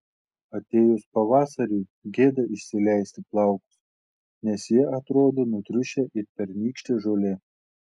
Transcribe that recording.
atėjus pavasariui gėda išsileisti plaukus nes jie atrodo nutriušę it pernykštė žolė